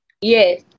yes